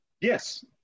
Yes